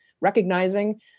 recognizing